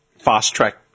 fast-track